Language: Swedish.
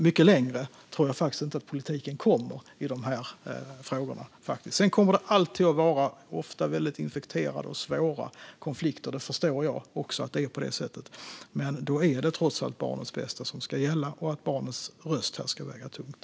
Mycket längre tror jag faktiskt inte att politiken kommer i dessa frågor. Sedan kommer det alltid att uppstå konflikter som ofta är väldigt infekterade och svåra; det förstår jag också. Men då är det trots allt barnets bästa som ska gälla, och barnets röst ska väga tungt.